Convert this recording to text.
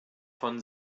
von